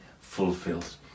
fulfilled